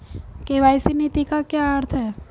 KYC नीति का क्या अर्थ है?